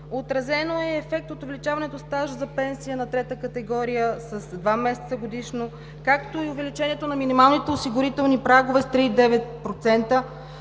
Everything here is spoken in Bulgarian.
отразен е ефект от увеличаването стаж за пенсия на трета категория с два месеца годишно, както и увеличението на минималните осигурителни прагове с 3,9%,